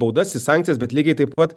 baudas į sankcijas bet lygiai taip pat